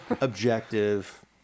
objective